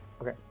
okay